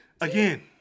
Again